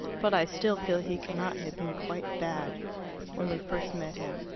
but i still feel he cannot have been quite bad when we first met him.